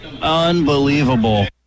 Unbelievable